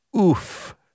oof